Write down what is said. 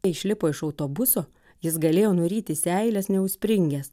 išlipo iš autobuso jis galėjo nuryti seiles neužspringęs